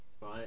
Right